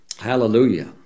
Hallelujah